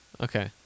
Okay